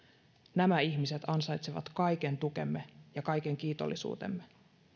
nämä ihmiset ansaitsevat kaiken tukemme ja kaiken kiitollisuutemme